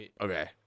okay